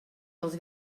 dels